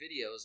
videos